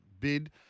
bid